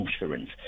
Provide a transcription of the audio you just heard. insurance